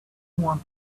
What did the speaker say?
want